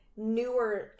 newer